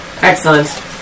Excellent